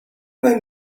going